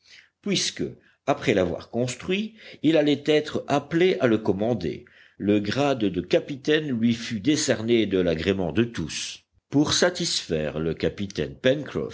puisque après l'avoir construit il allait être appelé à le commander le grade de capitaine lui fut décerné de l'agrément de tous pour satisfaire le capitaine